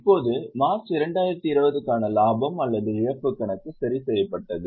இப்போது மார்ச் 2020 க்கான லாபம் அல்லது இழப்பு கணக்கு சரி செய்யப்பட்டது